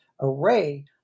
array